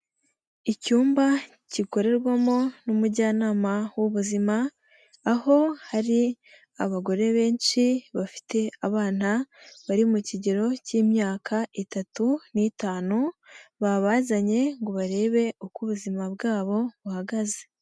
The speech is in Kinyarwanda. Icyumba gikorerwamo n'umujyanama w'ubuzima aho hari abagore benshi bafite abana bari mu kigero k'imyaka itatu n'itanu babazanye ngo barebe uko ubuzima bwabo buhagaze.